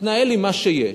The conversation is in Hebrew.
תתנהל עם מה שיש.